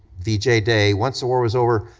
v j. day, once the war was over,